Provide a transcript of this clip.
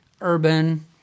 urban